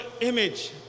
image